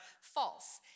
false